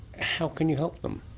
how can you help them?